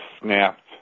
snapped